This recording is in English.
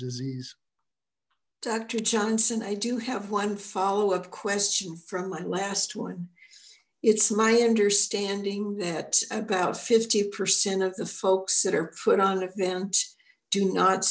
disease doctor johnson i do have one follow up question from my last one it's my understanding that about fifty percent of the folks that are put on event do not